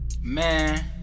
Man